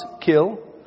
kill